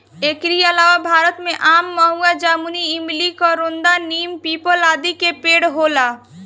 एकरी अलावा भारत में आम, महुआ, जामुन, इमली, करोंदा, नीम, पीपल, आदि के पेड़ होला